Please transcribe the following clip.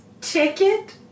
ticket